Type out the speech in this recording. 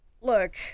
Look